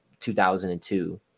2002